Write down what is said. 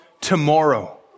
tomorrow